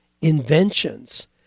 inventions